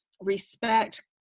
respect